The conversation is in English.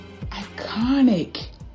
iconic